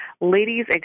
ladies